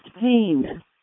pain